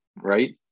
right